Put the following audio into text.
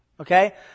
Okay